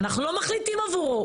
אנחנו לא מחליטים עבורו,